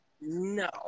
No